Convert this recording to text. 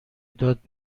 داد